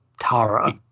Tara